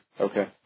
Okay